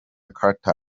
carter